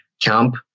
camp